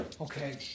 okay